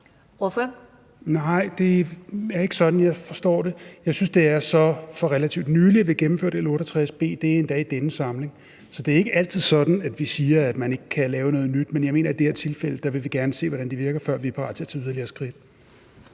(RV): Nej, det er ikke sådan, jeg forstår det. Jeg synes, det var for relativt nylig, vi vedtog L 68 B – det var endda i denne samling – så det er ikke altid sådan, at vi siger, at man ikke kan lave noget nyt, men i det her tilfælde vil vi gerne se, hvordan det virker, før vi er parat til at tage yderligere skridt.